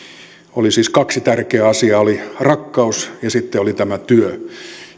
oli siis kaksi tärkeää asiaa oli rakkaus ja sitten oli työ